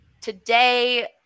today